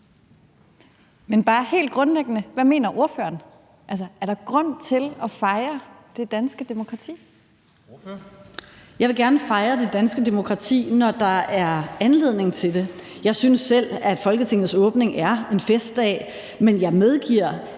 Kristensen): Ordføreren. Kl. 16:43 Pernille Vermund (NB): Jeg vil gerne fejre det danske demokrati, når der er anledning til det. Jeg synes selv, at Folketingets åbning er en festdag, men jeg medgiver,